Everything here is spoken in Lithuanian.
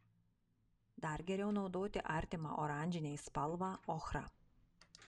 dar geriau naudoti artimą oranžinei spalvą ochrą